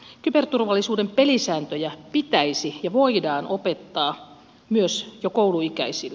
kyberturvallisuuden pelisääntöjä pitäisi ja voidaan opettaa myös jo kouluikäisille